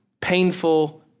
painful